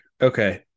Okay